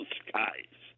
skies